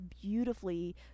beautifully